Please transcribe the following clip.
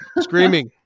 Screaming